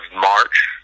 March